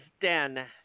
den